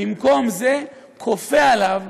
במקום זה האולם כופה עליו,